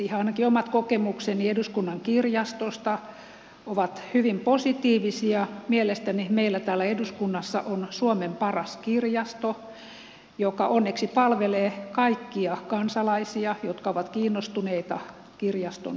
ainakin omat kokemukseni eduskunnan kirjastosta ovat hyvin positiivisia mielestäni meillä täällä eduskunnassa on suomen paras kirjasto joka onneksi palvelee kaikkia kansalaisia jotka ovat kiinnostuneita kirjaston palveluista